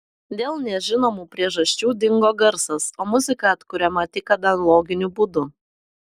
dėl nežinomų priežasčių dingo garsas o muzika atkuriama tik analoginiu būdu